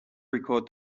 record